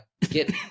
get